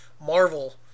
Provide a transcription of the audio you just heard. Marvel